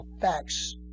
facts